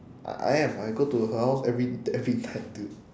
I I am I go to her house every every night dude